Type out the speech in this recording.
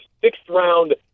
sixth-round